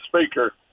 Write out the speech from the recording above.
speaker